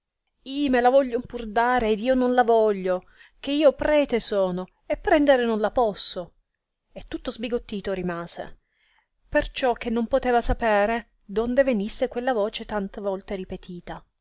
i me la vogliono pur dare ed io non la voglio che io prete sono e prendere non la posso e tutto sbigottito rimase perciò che non poteva sapere donde venisse quella voce tante volte ripetita